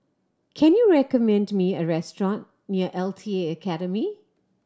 can you recommend me a restaurant near L T A Academy